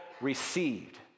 received